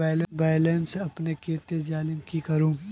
Balance अपने कते जाले की करूम?